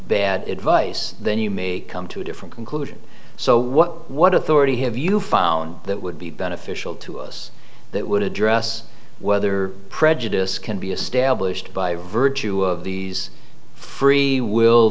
bad advice then you may come to a different conclusion so what what authority have you found that would be beneficial to us that would address whether prejudice can be established by virtue of these free will